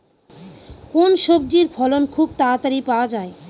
কোন সবজির ফলন খুব তাড়াতাড়ি পাওয়া যায়?